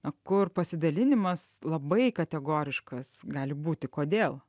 o kur pasidalinimas labai kategoriškas gali būti kodėl